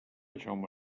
jaume